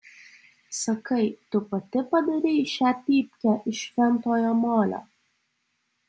sakai tu pati padarei šią pypkę iš šventojo molio